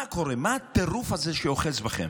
מה קורה, מה הטירוף הזה שאוחז בכם?